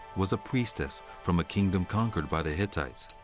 was a priestess from a kingdom conquered by the hittites.